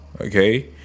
Okay